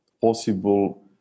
possible